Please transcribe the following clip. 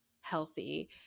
healthy